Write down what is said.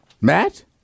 Matt